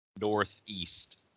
northeast